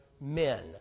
men